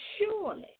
surely